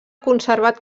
conservat